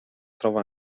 troba